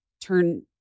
turn